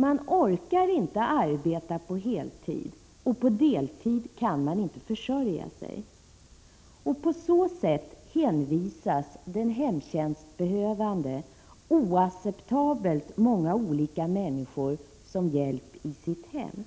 Man orkar inte arbeta heltid, och på en deltid kan man inte försörja sig. På så sätt hänvisas den hemtjänstbehövande till oacceptabelt många olika människor för hjälp i sitt hem.